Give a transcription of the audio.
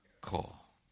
call